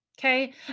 okay